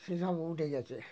সে সব উঠে গিয়েছে